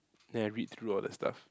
then I read through all the stuff